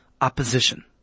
opposition